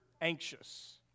anxious